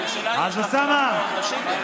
אוסאמה,